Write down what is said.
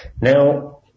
Now